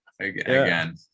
again